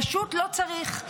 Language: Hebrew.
פשוט לא צריך.